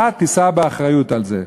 אתה תישא באחריות לזה.